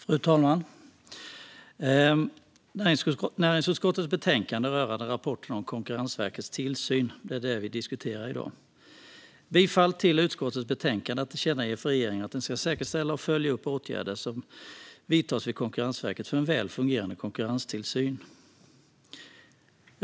Fru talman! Näringsutskottets betänkande rörande rapporten om Konkurrensverkets tillsyn är det vi diskuterar i dag. Jag yrkar bifall till utskottets förslag att tillkännage för regeringen att den ska säkerställa och följa upp att åtgärder vidtas vid Konkurrensverket för en väl fungerande konkurrenstillsyn.